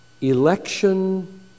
Election